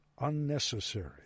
unnecessary